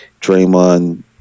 Draymond